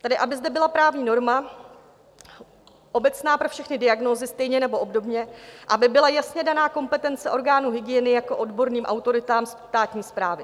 Tedy aby zde byla právní norma obecná pro všechny diagnózy stejně nebo obdobně, aby byla jasně daná kompetence orgánů hygieny jako odborným autoritám státní správy.